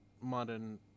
modern